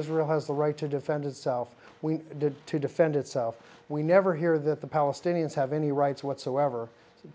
israel has the right to defend itself we did to defend itself we never hear that the palestinians have any rights whatsoever